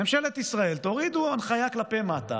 ממשלת ישראל, תורידו הנחיה כלפי מטה